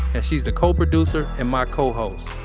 and she's the co-producer and my co-host,